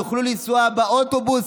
יוכלו לנסוע באוטובוס,